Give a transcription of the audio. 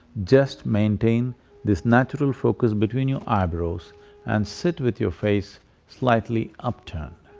just maintain this natural focus between your eyebrows and sit with your face slightly upturned.